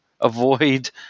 avoid